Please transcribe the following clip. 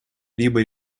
либо